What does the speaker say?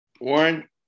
Warren